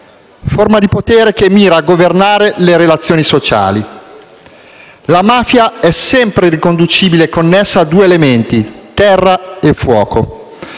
forma di potere che mira a governare le relazioni sociali; la mafia è sempre riconducibile e connessa a due elementi: terra e fuoco.